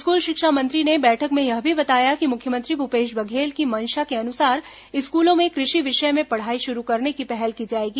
school शिक्षा मंत्री ने बैठक में यह भी बताया कि मुख्यमंत्री भूपेश बघेल की मंशा के अनुसार स्कूलों में कृ षि विषय में पढ़ाई शुरू करने की पहल की जाएगी